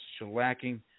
shellacking